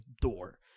door